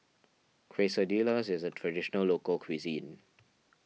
Quesadillas is a Traditional Local Cuisine